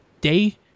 day